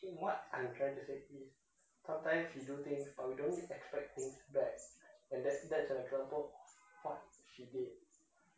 what I'm trying to say is sometimes we do things but we don't expect things back and that that's an example of what she did